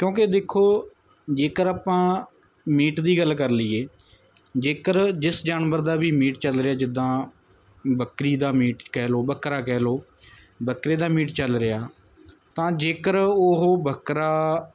ਕਿਉਂਕਿ ਦੇਖੋ ਜੇਕਰ ਆਪਾਂ ਮੀਟ ਦੀ ਗੱਲ ਕਰ ਲਈਏ ਜੇਕਰ ਜਿਸ ਜਾਨਵਰ ਦਾ ਵੀ ਮੀਟ ਚੱਲ ਰਿਹਾ ਜਿੱਦਾਂ ਬੱਕਰੀ ਦਾ ਮੀਟ ਕਹਿ ਲਓ ਬੱਕਰਾ ਕਹਿ ਲਓ ਬੱਕਰੇ ਦਾ ਮੀਟ ਚੱਲ ਰਿਹਾ ਤਾਂ ਜੇਕਰ ਉਹ ਬੱਕਰਾ